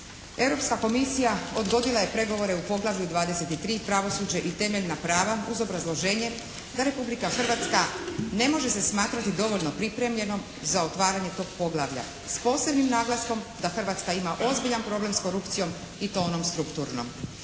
Europska komisija odgodila je pregovore u poglavlju 23. pravosuđe i temeljna prava uz obrazloženje da Republika Hrvatska ne može se smatrati dovoljno pripremljenom za otvaranje tog poglavlja. S posebnim naglaskom da Hrvatska ima ozbiljan problem sa korupcijom i to onom strukturnom.